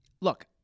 look